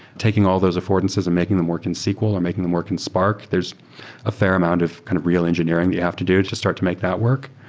taking all those affordances and making them work in sql or making them work in spark. there's a fair amount of kind of real engineering we have to do to start to make that work.